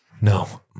No